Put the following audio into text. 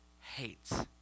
hates